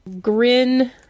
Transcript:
Grin